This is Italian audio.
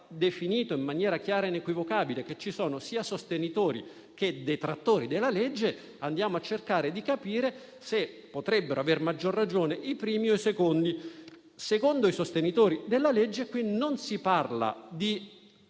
definito in maniera chiara e inequivocabile che ci sono sia sostenitori sia detrattori del provvedimento, cerchiamo di capire se potrebbero aver maggior ragione i primi o i secondi. Secondo i sostenitori della legge, qui non si parla di